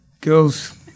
Girls